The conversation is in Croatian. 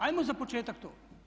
Ajmo za početak to.